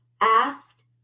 asked